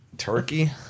turkey